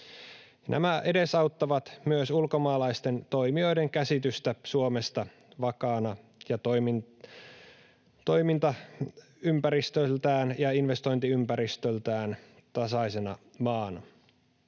Nämä edesauttavat myös ulkomaalaisten toimijoiden käsitystä Suomesta vakaana ja toimintaympäristöltään ja investointiympäristöltään tasaisena maana.